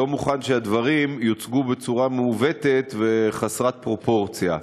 לא מוכן שהדברים יוצגו בצורה מעוותת וחסרת פרופורציה.